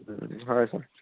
হয়